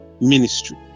ministry